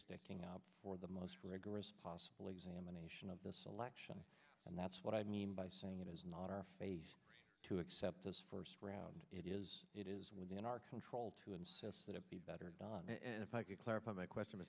sticking out for the most rigorous possible examination of this election and that's what i mean by saying it is not our face to accept those first round it is it is within our control to insist that it be better done and if i can clarify my question